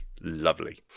lovely